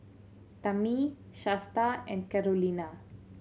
Tammi Shasta and Carolina